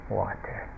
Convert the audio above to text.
water